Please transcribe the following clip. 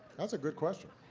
that's a good question.